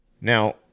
Now